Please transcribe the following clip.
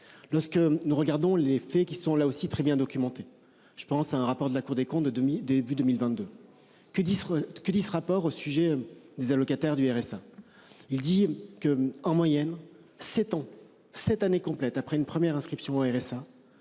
Lorsque nous regardons les faits qui sont là aussi très bien documenté. Je pense à un rapport de la Cour des comptes de demi-début 2022. Que dit ce que dit ce rapport au sujet des allocataires du RSA. Il dit que, en moyenne 7 ans cette année complète. Après une première inscription RSA